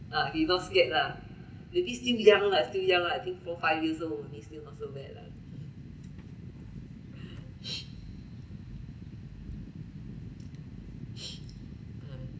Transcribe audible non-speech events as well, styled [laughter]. ah he not scared lah maybe still young lah still ya lah I think four five years old only still not so bad lah [breath] ah